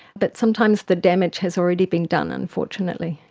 but sometimes the damage has already been done unfortunately.